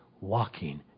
walking